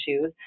issues